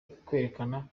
kwerekana